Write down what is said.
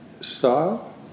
Style